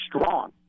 strong